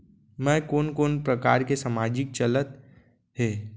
मैं कोन कोन प्रकार के सामाजिक चलत हे?